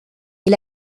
est